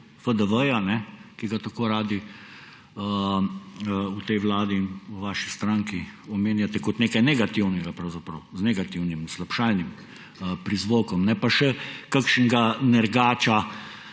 FDV, ki ga tako radi v tej vladi, v vaši stranki omenjate kot nekaj negativnega, pravzaprav z negativnim, slabšalnim prizvokom, pa še kakšnega nergača,